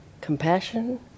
compassion